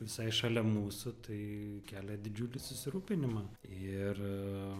visai šalia mūsų tai kelia didžiulį susirūpinimą ir